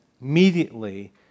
immediately